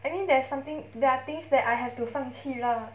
I mean there's something there are things that I have to 放弃 lah